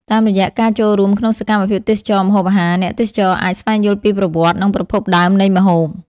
តាមរយៈការចូលរួមក្នុងសកម្មភាពទេសចរណ៍ម្ហូបអាហារ អ្នកទេសចរអាច ស្វែងយល់ពីប្រវត្តិ និងប្រភពដើមនៃម្ហូប ។